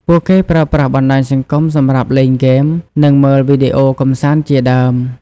ពួកគេប្រើប្រាស់បណ្ដាញសង្គមសម្រាប់លេងហ្គេម និងមើលវីដេអូកម្សាន្តជាដើម។